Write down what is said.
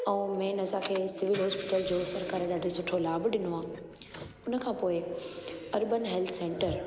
ऐं मेन असांखे सिवील हॉस्पीटल जो सरकार ॾाढो सुठो लाभ ॾिनो आहे उनखां पोइ अर्बन हेल्थ सेंटर